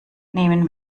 nehmen